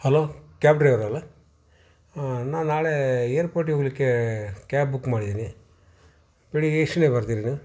hello cab ಡ್ರೈವರಲ್ಲ ನಾನು ನಾಳೆ ಏರ್ಪೋರ್ಟಿಗೆ ಹೋಗಲಿಕ್ಕೆ ಕ್ಯಾಬ್ ಬುಕ್ ಮಾಡಿದ್ದೀನಿ ಬೆಳಗ್ಗೆ ಎಷ್ಟೊತ್ತಿಗೆ ಬರ್ತೀರಿ ನೀವು